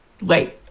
Wait